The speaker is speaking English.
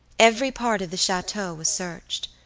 every part of the chateau was searched.